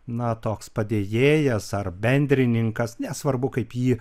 na toks padėjėjas ar bendrininkas nesvarbu kaip jį